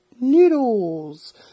noodles